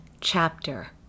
chapter